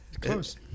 Close